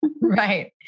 Right